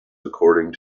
according